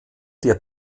der